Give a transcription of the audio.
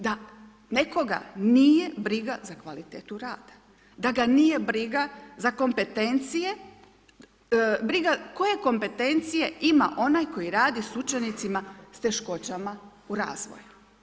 Da nekoga nije briga za kvalitetu rada, da ga nije briga za kompetencije koje kompetencije ima onaj koji radi s učenicima s teškoćama u razvoju.